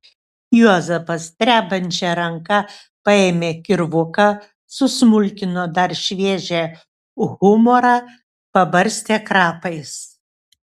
juozapas drebančia ranka paėmė kirvuką susmulkino dar šviežią humorą pabarstė krapais